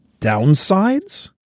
Downsides